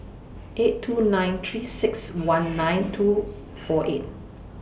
eight two nine three six one nine two four eight